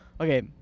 okay